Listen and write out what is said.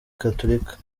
gatulika